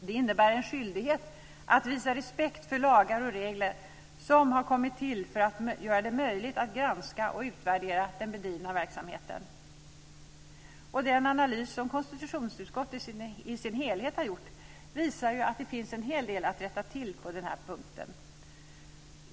Det innebär en skyldighet att visa respekt för lagar och regler som har kommit till för att göra det möjligt att granska och utvärdera den bedrivna verksamheten. Den analys som konstitutionsutskottet i sin helhet har gjort visar att det finns en hel del att rätta till på den här punkten.